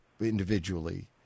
individually